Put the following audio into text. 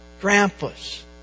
grandpas